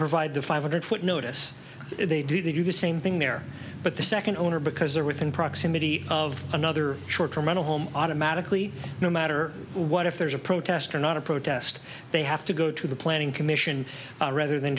provide the five hundred foot notice if they didn't do the same thing there but the second owner because they're within proximity of another short term mental home automatically no matter what if there's a protest or not a protest they have to go to the planning commission rather than